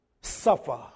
suffer